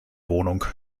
wohnung